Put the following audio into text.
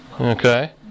Okay